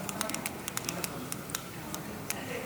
כן,